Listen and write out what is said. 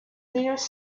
nearest